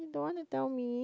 don't want to tell me